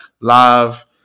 live